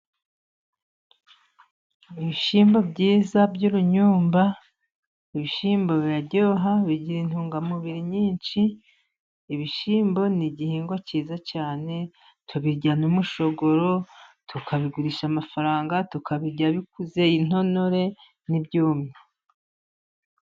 Ibishyimbo byiza by'urunyumba. Ibishyimbo biraryoha, bigira intungamubiri nyinshi . Ibishyimbo ni igihingwa cyiza cyane tubirya n'umushogoro, tukabigurisha amafaranga, tukabirya bikuze intonore n'ibyumye.